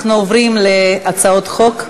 אנחנו עוברים להצעות חוק.